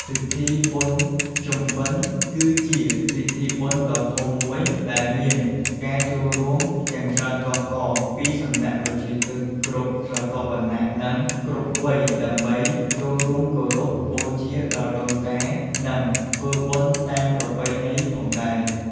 ពិធីបុណ្យភ្ជុំបិណ្ឌគឺជាពិធីបុណ្យដ៏ធំមួយ ដែលមានការចូលរួមយ៉ាងច្រើនកុះករពីសំណាក់ប្រជាជនគ្រប់ស្រទាប់វណ្ណៈ និងគ្រប់វ័យដើម្បីចូលរួមគោរពបូជាដល់ដូនតា និងធ្វើបុណ្យតាមប្រពៃណីផងដែរ។